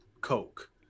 coke